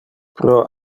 pro